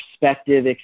perspective